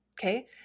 Okay